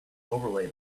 overlay